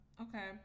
Okay